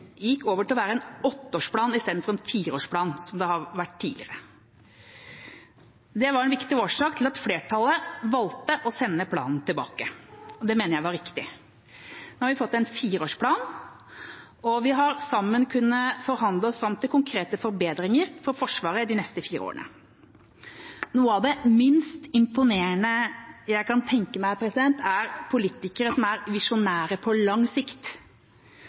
gikk over til å være en åtteårsplan i stedet for en fireårsplan, som det har vært tidligere. Det var en viktig årsak til at flertallet valgte å sende planen tilbake. Det mener jeg var riktig. Nå har vi fått en fireårsplan, og vi har sammen kunnet forhandle oss fram til konkrete forbedringer for Forsvaret de neste fire årene. Noe av det minst imponerende jeg kan tenke meg, er politikere som er visjonære på lang sikt.